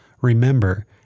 remember